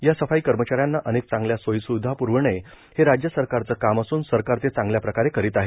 या सफाई कर्मचाऱ्यांना अनेक चांगल्या सोयी सुविधा प्रविणे हे राज्य सरकारचं काम असून सरकार ते चांगल्या प्रकारे करीत आहे